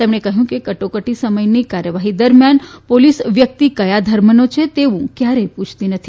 તેમણે કહ્યું કે કટોકટી સમયની કાર્યવાહી દરમ્યાન પોલીસ વ્યક્તિ કયા ધર્મનો છે તેવું ક્યારેય પુછતી નથી